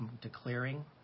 declaring